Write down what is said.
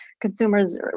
Consumers